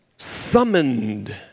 summoned